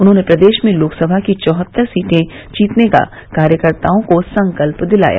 उन्होंने प्रदेश में लोकसभा की चौहत्तर सीटें जीतने का कार्यकर्ताओं को संकल्प दिलाया